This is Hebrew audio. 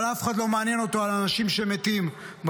אבל את אף אחד לא מעניינים אותו האנשים שמתים בדרכים.